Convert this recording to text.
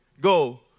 go